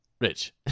rich